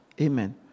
Amen